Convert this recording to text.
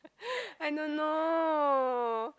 I don't know